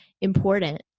important